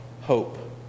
hope